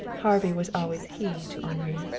harvey was always he to henri.